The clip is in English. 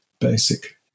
basic